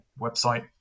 website